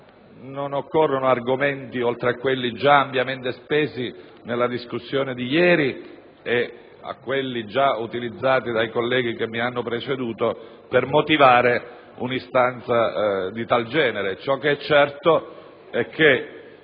Non occorrono argomenti oltre aquelli già ampiamente spesi nella discussione di ieri e a quelli già utilizzati dai colleghi che mi hanno preceduto per motivare un'istanza di tal genere. Al di là del